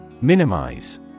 Minimize